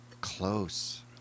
Close